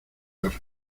los